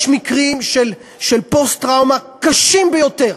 יש מקרים של פוסט-טראומה קשים ביותר,